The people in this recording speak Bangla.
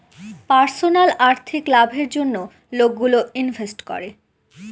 পার্সোনাল আর্থিক লাভের জন্য লোকগুলো ইনভেস্ট করে